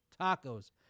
tacos